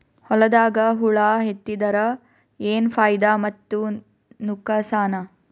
ಹೊಲದಾಗ ಹುಳ ಎತ್ತಿದರ ಏನ್ ಫಾಯಿದಾ ಮತ್ತು ನುಕಸಾನ?